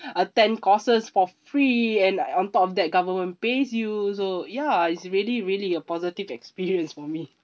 attend courses for free and on top of that government pays you so ya it's really really a positive experience for me